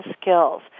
skills